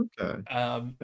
Okay